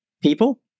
people